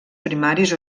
primaris